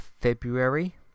February